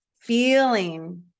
Feeling